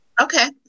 Okay